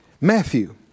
Matthew